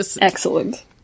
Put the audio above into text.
Excellent